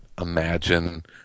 imagine